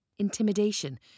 Intimidation